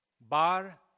Bar